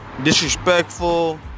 disrespectful